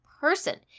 person